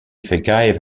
forgave